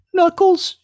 Knuckles